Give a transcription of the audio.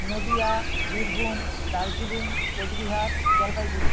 Nadia Birbhum Darjeeling Cooch Behar Jalpaiguri